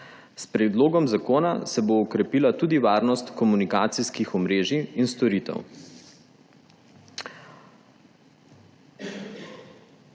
S predlogom zakona se bo okrepila tudi varnost komunikacijskih omrežij in storitev.